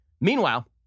Meanwhile